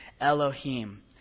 Elohim